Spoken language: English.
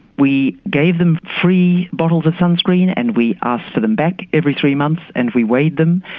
we gave them free bottles of sunscreen and we asked for them back every three months and we weighed them.